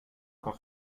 qu’on